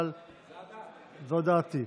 אבל זאת דעתי.